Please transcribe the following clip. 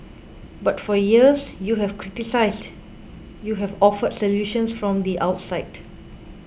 but for years you have criticised you have offered solutions from the outside